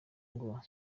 ngo